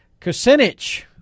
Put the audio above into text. Kucinich